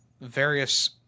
various